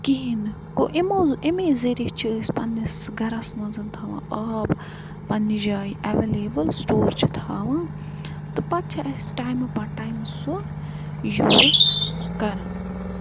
کِہیٖنۍ نہٕ گوٚو یِمن اَمی ذٔریعہِ چھ أسۍ پَنٕنِس گرَس منٛز تھاوان آب پَننہِ جایہِ ایویلیبٕل سِٹور چھِ تھاوان تہٕ پَتہٕ چھِ اَسہِ ٹایمہٕ پَتہٕ ٹایمہٕ سُہ یوٗز کران